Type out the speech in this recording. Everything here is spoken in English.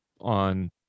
on